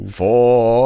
four